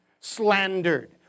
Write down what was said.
slandered